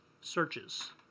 searches